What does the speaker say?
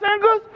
singers